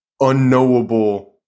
unknowable